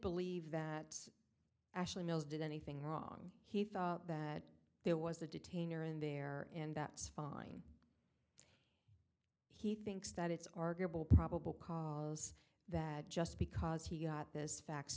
believe that ashley mills did anything wrong he thought that there was a detainer in there and that's fine he thinks that it's arguable probable cause that just because he got this fax